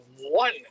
one